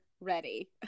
ready